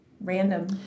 random